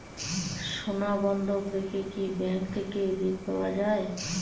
সোনা বন্ধক রেখে কি ব্যাংক থেকে ঋণ পাওয়া য়ায়?